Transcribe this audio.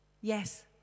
Yes